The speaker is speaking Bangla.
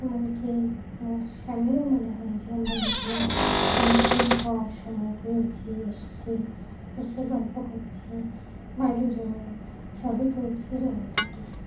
এমনকি আমার স্বামীরও মনে হয় যে আমরা দুজনা অনেকদিন পর সময় পেয়েছি এসছি এসে গল্প করছি বা দুজনে ছবি তুলছি রোমান্টিক কিছু